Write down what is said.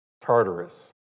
Tartarus